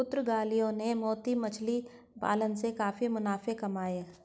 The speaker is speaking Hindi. पुर्तगालियों ने मोती मछली पालन से काफी मुनाफे कमाए